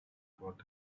about